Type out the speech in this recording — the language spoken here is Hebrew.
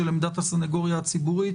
של עמדת הסנגוריה הציבורית.